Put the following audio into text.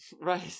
Right